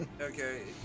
okay